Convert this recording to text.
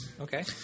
Okay